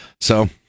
So-